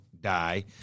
die